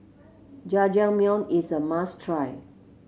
jajangmyeon is a must try